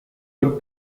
would